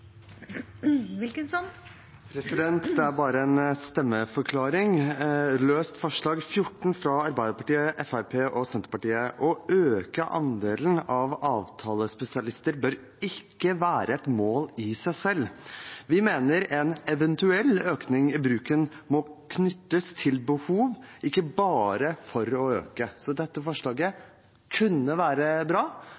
bare komme med en stemmeforklaring. Først til løst forslag nr. 14, fra Arbeiderpartiet, Fremskrittspartiet og Senterpartiet: Å øke andelen av avtalespesialister bør ikke være et mål i seg selv. Vi mener en eventuell økning i bruken må knyttes til behov, ikke bare for å øke. Dette forslaget